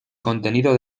contenido